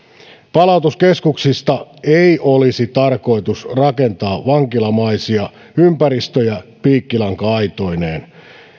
palautuskeskuksista ei olisi tarkoitus rakentaa vankilamaisia ympäristöjä piikkilanka aitoineen